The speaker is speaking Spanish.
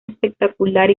espectacular